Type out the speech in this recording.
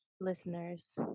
listeners